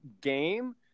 game